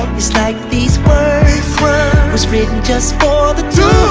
its like these words were written just for the two